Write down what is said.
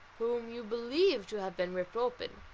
whom you believe to have been ripped open,